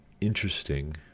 interesting